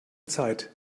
zeit